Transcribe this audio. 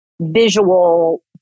visual